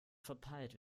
verpeilt